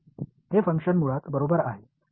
हे फंक्शन मुळात बरोबर आहे